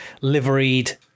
liveried